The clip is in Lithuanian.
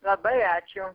labai ačiū